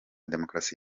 demokarasi